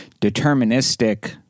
deterministic